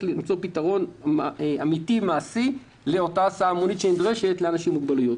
למצוא פתרון אמיתי מעשי להסעה המונית שנדרשת לאנשים עם מוגבלויות.